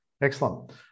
Excellent